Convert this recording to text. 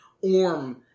Orm